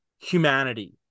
humanity